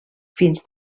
fins